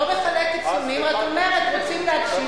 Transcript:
לא מחלקת ציונים, רק אומרת: רוצים להקשיב?